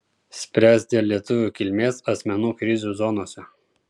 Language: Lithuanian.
spręs dėl lietuvių kilmės asmenų krizių zonose